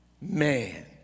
man